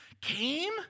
came